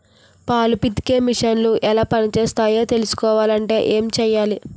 పాలు పితికే మిసన్లు ఎలా పనిచేస్తాయో తెలుసుకోవాలంటే ఏం చెయ్యాలి?